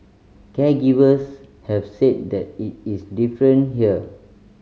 caregivers have said that it is different here